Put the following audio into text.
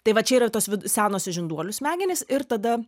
tai va čia yra tos senosios žinduolių smegenys ir tada